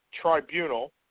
Tribunal